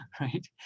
right